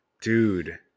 Dude